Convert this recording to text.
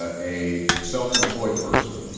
ah a self-employed person